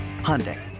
Hyundai